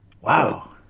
Wow